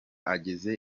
ageze